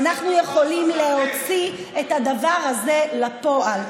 ואנחנו יכולים להוציא את הדבר הזה לפועל.